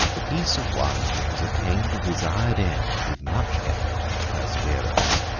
the peace of one who has attained a desired end with much effort and perseverance,